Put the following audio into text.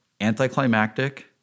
anticlimactic